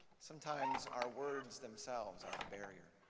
sometimes our words themselves are the barrier.